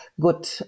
good